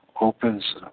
opens